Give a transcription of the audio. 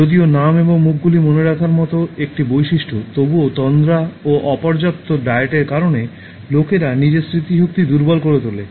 যদিও নাম এবং মুখগুলি মনে রাখার মতো একটি বৈশিষ্ট্য তবুও তন্দ্রা ও অপর্যাপ্ত ডায়েটের কারণে লোকেরা নিজের স্মৃতিশক্তি দুর্বল করে তোলে